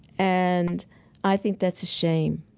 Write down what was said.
and i think that's a shame.